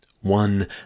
One